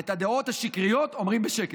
את הדעות השקריות אומרים בשקט,